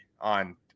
on